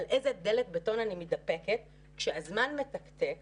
על איזו דלת בטון אני מתדפקת כשהזמן מתקתק